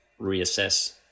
reassess